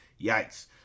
yikes